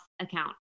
account